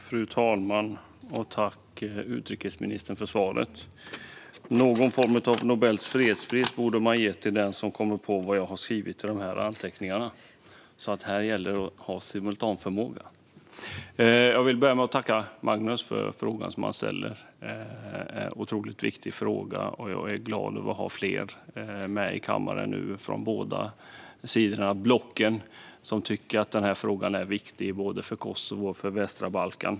Fru talman! Tack, utrikesministern, för interpellationssvaret! Någon form av Nobels fredspris borde ges till den som kan tyda mina anteckningar. Här gäller det att ha simultanförmåga. Jag vill börja med att tacka Magnus för den fråga som han ställer. Det är en otroligt viktig fråga. Jag är glad över att det är flera i kammaren, från båda blocken, som tycker att denna fråga är viktig för både Kosovo och västra Balkan.